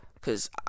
Cause